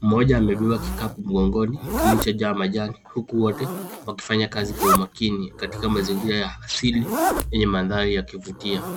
Mmoja amebeba kikapu migongoni kilichojaa majani huku wote wakifanya kazi kwa umakini katika mazingira ya asili kwenye mandhari yakuvutia